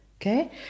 Okay